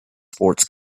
sports